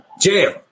Jail